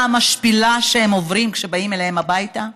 המשפילה שהם עוברים כשבאים אליהם הביתה?